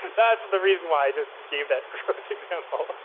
that's the reason why i just gave that example.